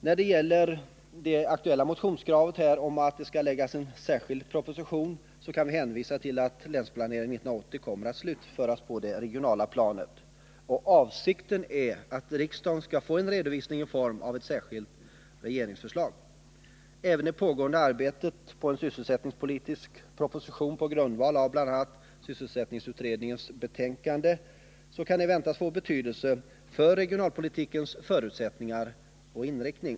När det gäller det aktuella motionskravet om att en särskild proposition skall framläggas kan vi hänvisa till att Länsplanering 80 kommer att slutföras på det regionala planet. Avsikten är att riksdagen skall få en redovisning i form av ett särskilt regeringsförslag. Även det pågående arbetet på en sysselsättningspolitisk proposition på grundval av bl.a. sysselsättningsutredningens betänkande kan väntas få betydelse för regionalpolitikens förutsättningar och inriktning.